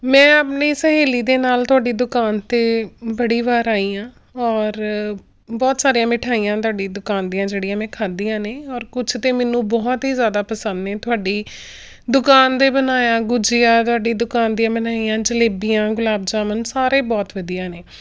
ਮੈਂ ਆਪਣੀ ਸਹੇਲੀ ਦੇ ਨਾਲ ਤੁਹਾਡੀ ਦੁਕਾਨ 'ਤੇ ਬੜੀ ਵਾਰ ਆਈ ਹਾਂ ਔਰ ਬਹੁਤ ਸਾਰੀਆਂ ਮਿਠਾਈਆਂ ਤੁਹਾਡੀ ਦੁਕਾਨ ਦੀਆਂ ਜਿਹੜੀਆਂ ਮੈਂ ਖਾਧੀਆਂ ਨੇ ਔਰ ਕੁਛ ਤਾਂ ਮੈਨੂੰ ਬਹੁਤ ਹੀ ਜ਼ਿਆਦਾ ਪਸੰਦ ਨੇ ਤੁਹਾਡੀ ਦੁਕਾਨ ਦਾ ਬਣਾਇਆ ਗੁਜੀਆ ਤੁਹਾਡੀ ਦੁਕਾਨ ਦੀਆਂ ਬਣਾਈਆਂ ਜਲੇਬੀਆਂ ਗੁਲਾਬ ਜਾਮੁਨ ਸਾਰੇ ਬਹੁਤ ਵਧੀਆ ਨੇ